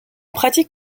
pratique